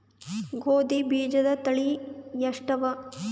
ಗೋಧಿ ಬೀಜುದ ತಳಿ ಎಷ್ಟವ?